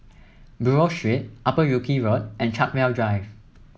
Buroh Street Upper Wilkie Road and Chartwell Drive